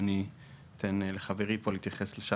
אחר כך ידבר חברי.